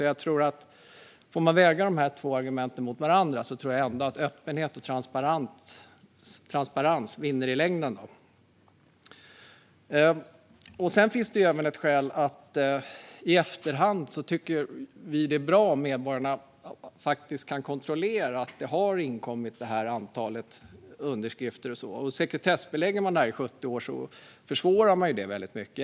Om man väger de här två argumenten mot varandra tror jag ändå att öppenhet och transparens vinner i längden. Det finns även ett annat skäl. Vi tycker att det är bra om medborgarna i efterhand faktiskt kan kontrollera att ett antal underskrifter har inkommit. Om man sekretessbelägger dem i 70 år försvårar man det väldigt mycket.